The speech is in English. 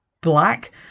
black